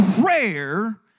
prayer